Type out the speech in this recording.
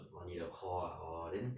orh 你的 core ah then